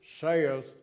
saith